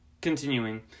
continuing